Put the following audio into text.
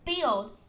build